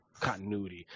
Continuity